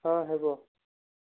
ହଁ ହେବ